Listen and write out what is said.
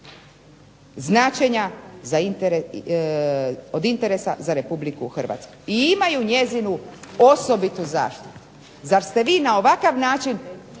od osobitog interesa za Republiku Hrvatsku i imaju njenu osobitu zaštitu, zar ste vi na ovakav način